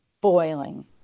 boiling